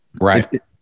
Right